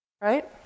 Right